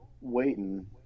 waiting